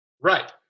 Right